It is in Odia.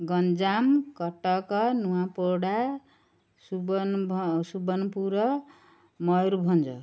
ଗଞ୍ଜାମ କଟକ ନୂଆପଡ଼ା ସୁବନପୁର ମୟୂରଭଞ୍ଜ